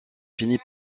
finit